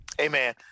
Amen